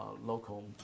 local